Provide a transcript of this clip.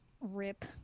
Rip